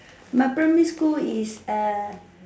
my primary school is